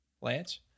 Lance